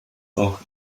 auch